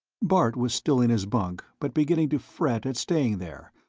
bart was still in his bunk, but beginning to fret at staying there,